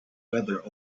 weather